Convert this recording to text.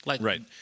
Right